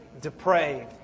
depraved